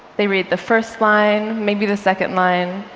they read the first line, maybe the second line,